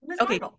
okay